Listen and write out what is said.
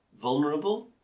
vulnerable